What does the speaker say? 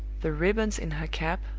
the ribbons in her cap,